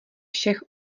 všech